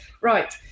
Right